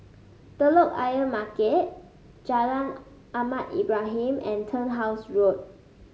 Telok Ayer Market Jalan Ahmad Ibrahim and Turnhouse Road